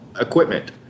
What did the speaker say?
equipment